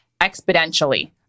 exponentially